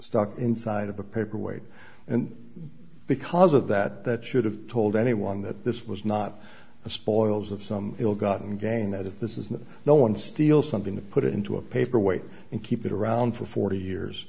stuck inside of a paper weight and because of that that should have told anyone that this was not the spoils of some ill gotten gain that if this is no one steal something to put it into a paper weight and keep it around for forty years